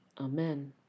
Amen